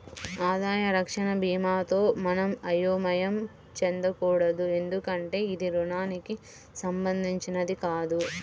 ఆదాయ రక్షణ భీమాతో మనం అయోమయం చెందకూడదు ఎందుకంటే ఇది రుణానికి సంబంధించినది కాదు